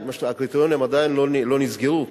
הקריטריונים עדיין לא נסגרו,